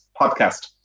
podcast